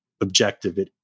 objective